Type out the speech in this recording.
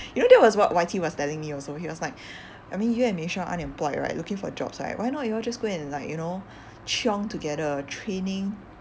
you know that was what Y_T was telling me also he was like I mean you and mei shang are unemployed right looking for jobs right why not you all just go and like you know chiong together training